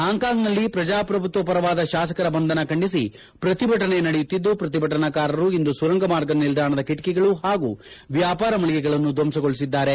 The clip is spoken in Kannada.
ಪಾಂಕಾಂಗ್ನಲ್ಲಿ ಪ್ರಜಾಪ್ರಭುತ್ವ ಪರವಾದ ಶಾಸಕರ ಬಂಧನ ಖಂಡಿಸಿ ಪ್ರತಿಭಟನೆ ನಡೆಯುತ್ತಿದ್ದು ಪ್ರತಿಭಟನಾಕಾರರು ಇಂದು ಸುರಂಗ ಮಾರ್ಗ ನಿಲ್ಲಾಣದ ಕಿಟಕಿಗಳು ಹಾಗೂ ವ್ಯಾಪಾರ ಮಳಿಗೆಗಳನ್ನು ಧ್ವಂಸಗೊಳಿಸಿದ್ದಾರೆ